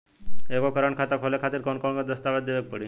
एगो करेंट खाता खोले खातिर कौन कौन दस्तावेज़ देवे के पड़ी?